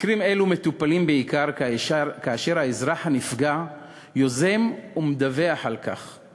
מקרים אלו מטופלים בעיקר כאשר האזרח הנפגע יוזם ומדווח על כך.